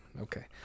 Okay